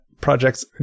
projects